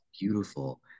beautiful